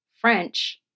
French